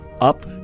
Up